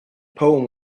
poem